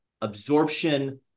absorption